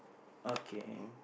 okay